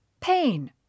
Pain